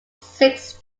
six